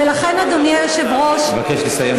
ולכן, אדוני היושב-ראש, אני מבקש לסיים.